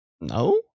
No